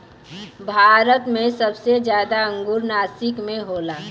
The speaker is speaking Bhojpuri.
भारत मे सबसे जादा अंगूर नासिक मे होला